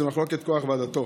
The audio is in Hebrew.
זו מחלוקת קרח ועדתו.